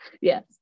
Yes